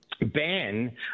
Ben